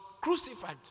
crucified